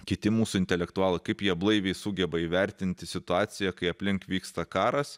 kiti mūsų intelektualai kaip jie blaiviai sugeba įvertinti situaciją kai aplink vyksta karas